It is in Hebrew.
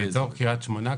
אזור קרית שמונה,